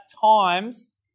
times